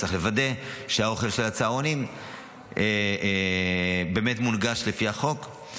וצריך לוודא שהאוכל בצהרונים באמת מוגש לפי החוק.